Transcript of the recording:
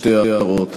שתי הערות.